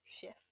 shift